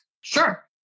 Sure